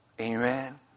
amen